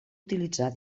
utilitzar